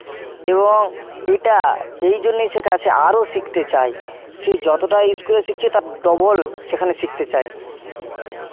এবং এটা এই জন্যই শেখা সে আরো শিখতে চায় সে যতটা স্কুলে শিখছে তার ডবল সেখানে শিখতে চায়